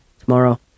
Tomorrow